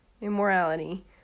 immorality